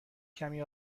کمی